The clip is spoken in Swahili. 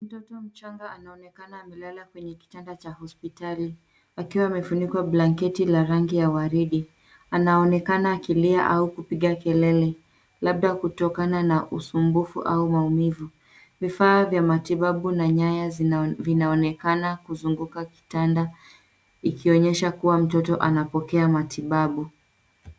Mtoto mchanga anaonekana amelala kwenye kitanda cha hospitali akiwa amefunikwa blanketi la rangi ya waridi. Anaonekana akilia au kupiga kelele labda kutokana na usumbufu au maumivu. Vifaa vya matibabu na nyaya vinaonekana kuzunguka kitanda vikionyesha kuwa mtoto anapokea matibabu.